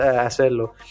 hacerlo